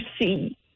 see